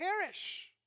perish